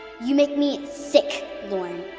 you make me sick, lauren.